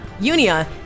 Unia